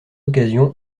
occasion